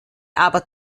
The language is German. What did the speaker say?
aber